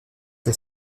les